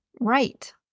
right